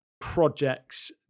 projects